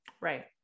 Right